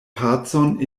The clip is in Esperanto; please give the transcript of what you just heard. pacon